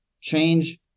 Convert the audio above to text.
change